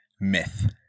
myth